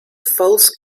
false